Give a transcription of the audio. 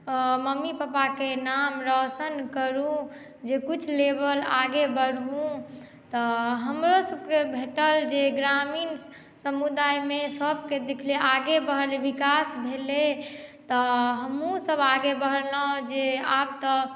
mummy पप्पाके नाम रौशन करू जे किछु लेवल आगे बढ़ू तऽ हमरो सबके भेटल जे ग्रामीण समुदायमे सबके देखलियै आगे बढ़लइ विकास भेलय तऽ हमहुँ सब आगे बढ़लहुँ जे आब तऽ